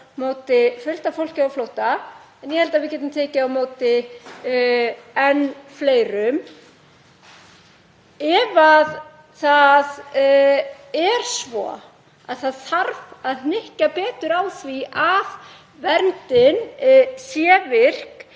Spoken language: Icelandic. fullt af fólki á flótta. En ég held að við getum tekið á móti enn fleirum. Ef það er svo að það þarf að hnykkja betur á því að verndin sé virk